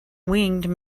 winged